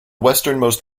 westernmost